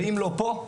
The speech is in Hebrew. ואם לא פה,